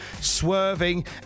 swerving